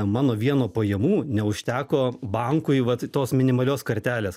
mano vieno pajamų neužteko bankui vat tos minimalios kartelės